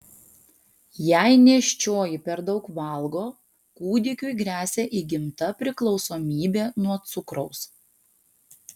jei nėščioji per daug valgo kūdikiui gresia įgimta priklausomybė nuo cukraus